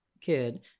kid